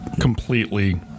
completely